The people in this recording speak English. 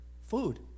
Food